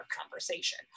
conversation